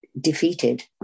defeated